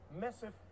massive